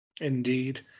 Indeed